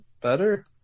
better